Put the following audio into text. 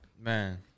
Man